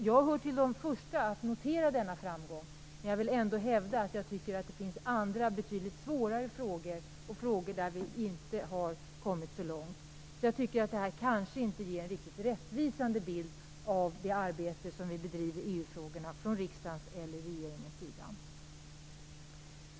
Jag hör till de första att notera denna framgång, men jag vill ändå hävda att jag tycker att det finns andra betydligt svårare frågor där vi inte kommit så långt. Jag tycker att det här kanske inte ger riktigt rättvisande bild av det arbete som vi bedriver i EU-frågorna från riksdagens och regeringens sida.